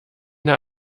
der